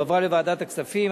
והועברה לוועדת הכספים.